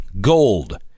Gold